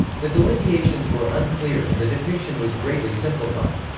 the delineations were unclear and the depiction was greatly simplified.